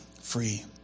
free